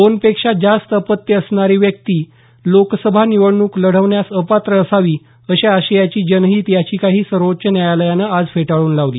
दोन पेक्षा जास्त अपत्य असणारी व्यक्ती लोकसभा निवडणूक लढवण्यास अपात्र असावी अशा आशयाची जनहित याचिकाही सर्वोच्च न्यायालयाने आज फेटाळून लावली